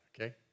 okay